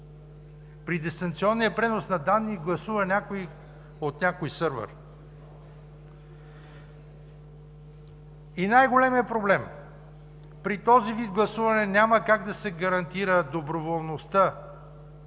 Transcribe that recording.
При дистанционния пренос на данни гласува някой от някой сървър. И най-големият проблем – при този вид гласуване няма как да се гарантира доброволността